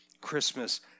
Christmas